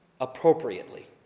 appropriately